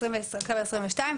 2022,